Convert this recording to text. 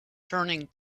turning